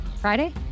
Friday